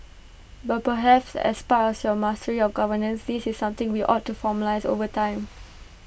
but perhaps as part as your mastery of governance this is something we ought to formalise over time